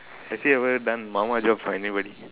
have you ever done job for anybody